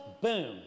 boom